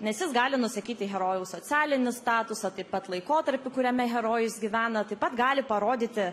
nes jis gali nusakyti herojaus socialinį statusą taip pat laikotarpį kuriame herojus gyvena taip pat gali parodyti